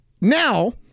now